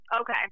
Okay